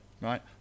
right